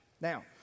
Now